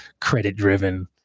credit-driven